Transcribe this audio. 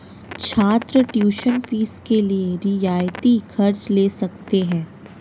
छात्र tuition fees के लिए रियायती कर्ज़ ले सकते हैं